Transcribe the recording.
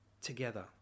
together